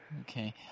Okay